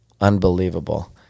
unbelievable